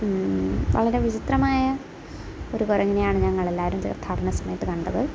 വളരെ വിചിത്രമായ ഒരു കുരങ്ങിനെയാണ് ഞങ്ങളെല്ലാവരും തീർത്ഥാടന സമയത്ത് കണ്ടത്